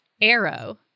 arrow